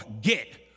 get